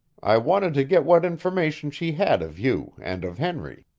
i wanted to get what information she had of you and of henry.